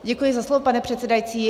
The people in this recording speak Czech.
Děkuji za slovo, pane předsedající.